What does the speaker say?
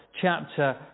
chapter